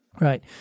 Right